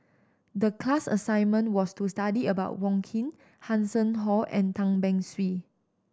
the class assignment was to study about Wong Keen Hanson Ho and Tan Beng Swee